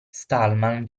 stallman